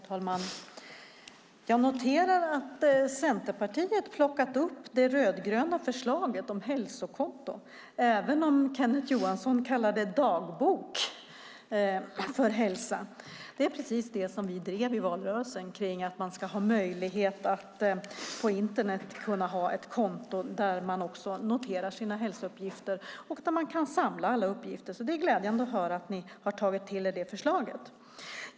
Herr talman! Jag noterar att Centerpartiet har plockat upp det rödgröna förslaget om hälsokonton, även om Kenneth Johansson kallar det dagbok för hälsa. Det var precis det som vi drev i valrörelsen, att man ska ha möjlighet att på Internet ha ett konto där man noterar sina hälsouppgifter och där man kan samla alla uppgifter. Det är därför glädjande att höra att ni har tagit till er detta förslag.